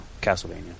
Castlevania